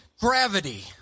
gravity